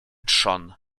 trzon